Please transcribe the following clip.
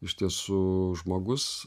iš tiesų žmogus